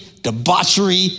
debauchery